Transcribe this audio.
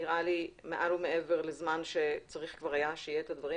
נראה לי מעל ומעבר לזמן שצריך כבר היה שיהיו הדברים